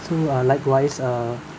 so uh likewise err